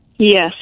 Yes